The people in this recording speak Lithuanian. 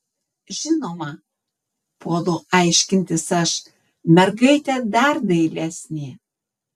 žinoma puolu aiškintis aš mergaitė dar dailesnė